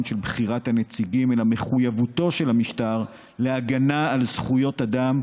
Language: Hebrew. של בחירת הנציגים אלא מחויבותו של המשטר להגנה על זכויות אדם,